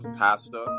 pasta